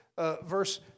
verse